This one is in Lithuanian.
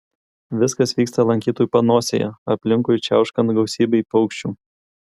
viskas vyksta lankytojų panosėje aplinkui čiauškant gausybei paukščių